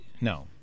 No